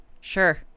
sure